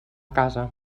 casa